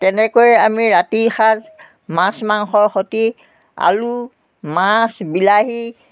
তেনেকৈ আমি ৰাতিৰ সাঁজ মাছ মাংসৰ সৈতে আলু মাছ বিলাহী